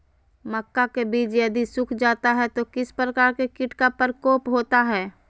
मक्का के बिज यदि सुख जाता है तो किस प्रकार के कीट का प्रकोप होता है?